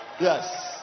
yes